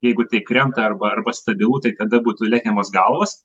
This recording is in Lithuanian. jeigu tai krenta arba arba stabilu tai tada būtų lekiamos galvos